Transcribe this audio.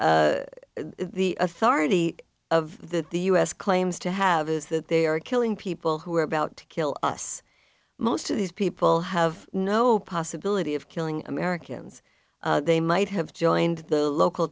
the authority of the the us claims to have is that they are killing people who are about to kill us most of these people have no possibility of killing americans they might have joined the local